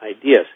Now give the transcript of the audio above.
ideas